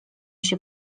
się